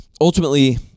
ultimately